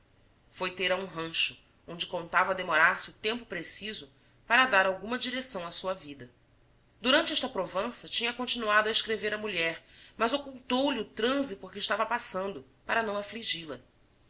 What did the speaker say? foi ter a um rancho onde contava demorar-se o tempo preciso para dar alguma direção à sua vida durante esta provança tinha continuado a escrever à mulher mas ocultou lhe o transe por que estava passando para não afligi la